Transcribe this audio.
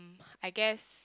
I guess